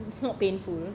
it's not painful